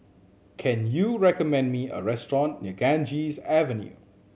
can you recommend me a restaurant near Ganges Avenue